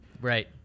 Right